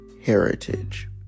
heritage